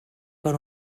per